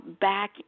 back